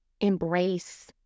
embrace